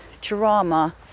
drama